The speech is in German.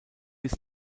bis